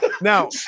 Now